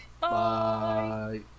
Bye